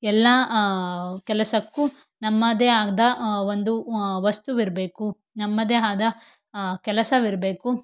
ಎಲ್ಲ ಕೆಲಸಕ್ಕೂ ನಮ್ಮದೇ ಆದ ಒಂದು ವಸ್ತುವಿರಬೇಕು ನಮ್ಮದೇ ಆದ ಕೆಲಸವಿರಬೇಕು